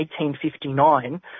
1859